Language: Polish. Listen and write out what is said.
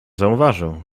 zauważył